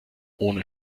ohne